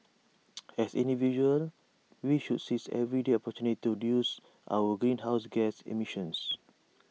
as individuals we should seize everyday opportunities to reduce our greenhouse gas emissions